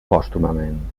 pòstumament